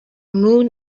moon